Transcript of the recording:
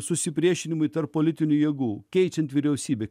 susipriešinimui tarp politinių jėgų keičiant vyriausybę